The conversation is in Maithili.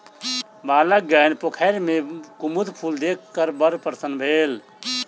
बालकगण पोखैर में कुमुद फूल देख क बड़ प्रसन्न भेल